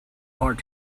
hard